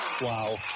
Wow